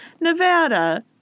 Nevada